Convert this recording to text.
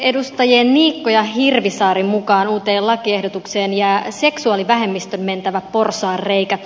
edustajien niikko ja hirvisaari mukaan uuteen lakiehdotukseen jää seksuaalivähemmistön mentävä porsaanreikä